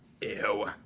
Ew